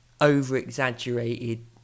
over-exaggerated